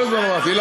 כל הזמן אמרתי.